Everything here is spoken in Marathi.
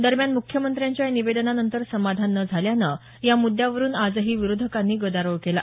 दरम्यान मुख्यमंत्र्यांच्या या निवेदनानंतर समाधान न झाल्यानं या मुद्यावरुन आजही विरोधकांनी गदारोळ केला